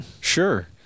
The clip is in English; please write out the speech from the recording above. Sure